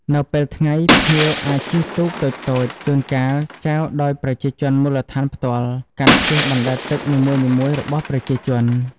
នៅពេលថ្ងៃ ភ្ញៀវអាចជិះទូកតូចៗ ជួនកាលចែវដោយប្រជាជនមូលដ្ឋានផ្ទាល់ កាត់ផ្ទះបណ្ដែតទឹកនីមួយៗរបស់ប្រជាជន។